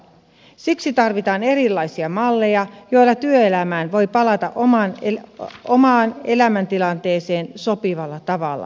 siksi tarvitaan erilaisia malleja joilla työelämään voi palata omaan elämäntilanteeseen sopivalla tavalla